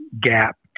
gap